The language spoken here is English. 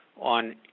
on